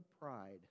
pride